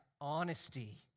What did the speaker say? honesty